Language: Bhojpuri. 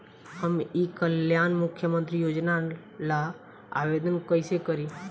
हम ई कल्याण मुख्य्मंत्री योजना ला आवेदन कईसे करी?